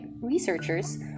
researchers